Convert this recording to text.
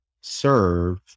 serve